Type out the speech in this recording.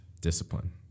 Discipline